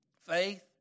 Faith